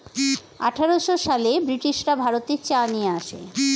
আঠারোশো সালে ব্রিটিশরা ভারতে চা নিয়ে আসে